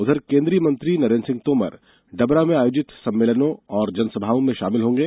उधर केन्द्रीय मंत्री नरेन्द्र सिंह तोमर डबरा में आयोजित सम्मेलनों और जनसभाओं में शामिल होंगे